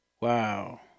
Wow